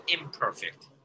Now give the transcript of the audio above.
imperfect